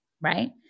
right